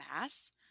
Mass